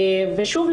ושוב,